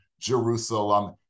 Jerusalem